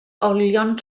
olion